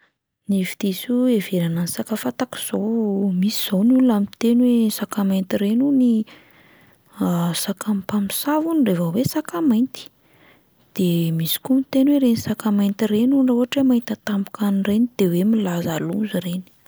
Ny hevi-diso iheverana ny saka fantako izao, misy izao ny olona miteny hoe saka mainty ireny hony sakan'ny mpamosavy hono raha vao hoe saka mainty, de misy koa miteny hoe ireny saka mainty ireny hono raha ohatra hoe mahita tampoka an'ireny de hoe milaza loza ireny.